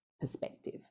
perspective